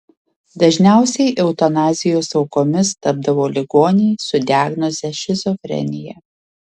dažniausiai eutanazijos aukomis tapdavo ligoniai su diagnoze šizofrenija